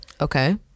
okay